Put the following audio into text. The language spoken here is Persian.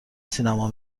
سینما